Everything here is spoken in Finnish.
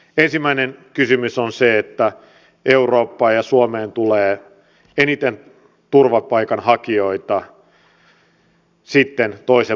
ensimmäinen kysymys on se että eurooppaan ja suomeen tulee eniten turvapaikanhakijoita sitten toisen maailmansodan